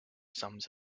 sums